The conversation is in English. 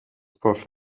perfect